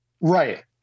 Right